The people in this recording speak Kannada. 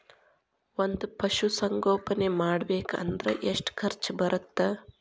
ಒಂದ್ ಪಶುಸಂಗೋಪನೆ ಮಾಡ್ಬೇಕ್ ಅಂದ್ರ ಎಷ್ಟ ಖರ್ಚ್ ಬರತ್ತ?